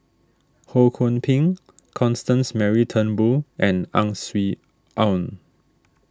Ho Kwon Ping Constance Mary Turnbull and Ang Swee Aun